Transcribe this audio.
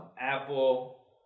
Apple